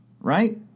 right